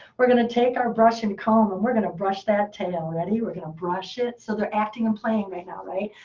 we're going to take our brush and comb, and we're going to brush that tail. ready? we're going to brush it. so they're acting and playing right now, right?